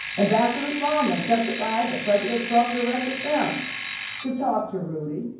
ambassador sondland testified that president trump directed them to talk to rudy.